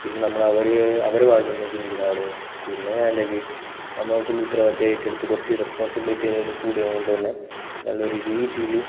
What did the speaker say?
പിന്നെ നമ്മൾ അവർ അവരെ ഭാഗത്തു നിന്ന് ചിന്തിച്ചു തുടങ്ങി പിന്നെ ഞാൻ എന്താക്കി നമ്മൾ ഫുള്ള് ഉത്തവാദിത്തം ഏറ്റെടുത്ത് കുറച്ച് റെസ്പോൺസിബിളിറ്റി വീണ്ടും കൂടിയത് കൊണ്ട് തന്നെ നല്ലൊരു രീതിയിൽ